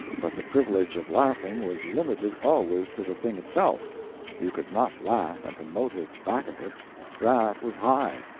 but the privilege of laughing was limited always to the thing itself you could not laugh at the motive back of it that was high,